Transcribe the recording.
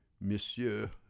Monsieur